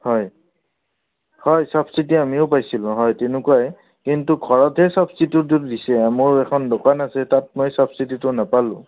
হয় হয় ছাবচিডি আমিও পাইছিলোঁ হয় তেনেকুৱাই কিন্তু ঘৰতহে ছাবচিডিটো দিছে মোৰ এখন দোকান আছে তাত মই ছাবচিডিটো নাপালোঁ